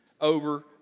over